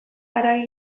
haragi